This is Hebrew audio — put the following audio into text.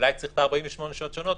אולי צריך 48 שעות שונות.